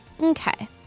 okay